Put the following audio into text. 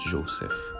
Joseph